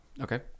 Okay